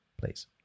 please